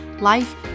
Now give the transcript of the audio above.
life